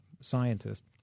scientist